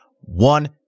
one